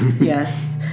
yes